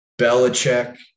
Belichick